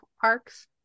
parks